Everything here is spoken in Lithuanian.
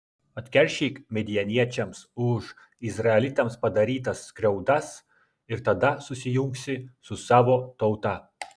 atkeršyk midjaniečiams už izraelitams padarytas skriaudas ir tada susijungsi su savo tauta